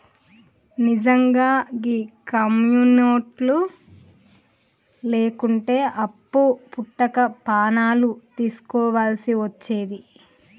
నిజ్జంగా గీ కమ్యునిటోళ్లు లేకుంటే అప్పు వుట్టక పానాలు దీస్కోవల్సి వచ్చేది